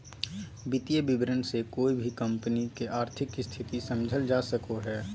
वित्तीय विवरण से कोय भी कम्पनी के आर्थिक स्थिति समझल जा सको हय